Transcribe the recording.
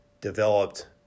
developed